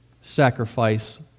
sacrifice